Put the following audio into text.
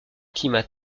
climat